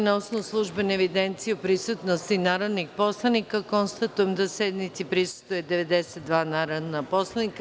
Na osnovu službene evidencije o prisutnosti narodnih poslanika, konstatujem da sednici prisustvuju 92 narodna poslanika.